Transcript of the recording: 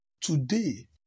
today